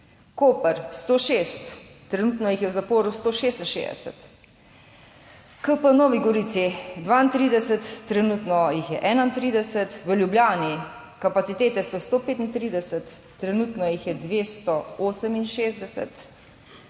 Koper 106, trenutno jih je v zaporu 166. V Novi Gorici 32, trenutno jih je 31. V Ljubljani kapacitete so 135, trenutno jih je 268.